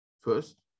first